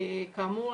כאמור,